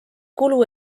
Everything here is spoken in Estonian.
kulu